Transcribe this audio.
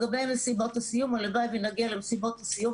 לגבי מסיבות הסיום, הלוואי ונגיע למסיבות הסיום.